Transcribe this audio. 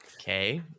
okay